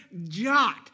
jot